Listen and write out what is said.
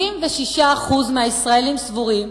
76% מהישראלים סבורים